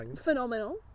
Phenomenal